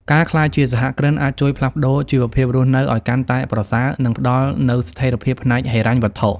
ការក្លាយជាសហគ្រិនអាចជួយផ្លាស់ប្តូរជីវភាពរស់នៅឱ្យកាន់តែប្រសើរ និងផ្តល់នូវស្ថិរភាពផ្នែកហិរញ្ញវត្ថុ។